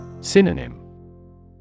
Synonym